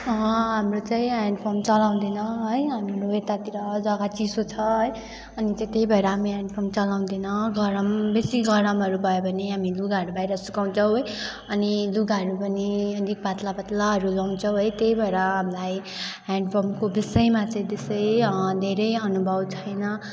हाम्रो चाहिँ हेन्डपम्प चलाउँदैन है हाम्रो यतातिर जग्गा चिसो छ है अनि चाहिँ त्यही भएर हामी हेन्डपम्प चलाउँदैन गरम बेसी गरमहरू भयो भने हामी लुगाहरू बाहिर सुकाउँछौ है अनि लुगाहरू पनि अलिक पातला पातलाहरू लाउछौँ है त्यही भएर हामीलाई हेन्डपम्पको विषयमा चाहिँ त्यसै धेरै अनुभव छैन